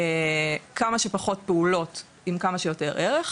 כמה שפחות פעולות עם כמה שיותר ערך,